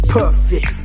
perfect